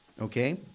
Okay